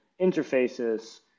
interfaces